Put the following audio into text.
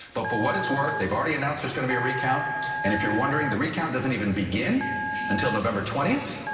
but for what it's worth they've already announced it's going to be a recount and if you're wondering the recount doesn't even begin until november twentieth.